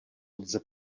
lze